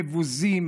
מבוזים,